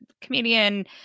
comedian